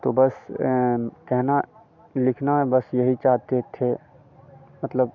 तो बस कहना लिखना बस यही चाहते थे मतलब